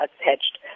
attached